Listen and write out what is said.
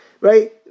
Right